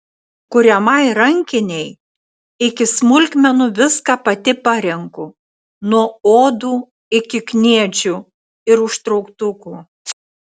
kuriamai rankinei iki smulkmenų viską pati parenku nuo odų iki kniedžių ir užtrauktukų